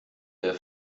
der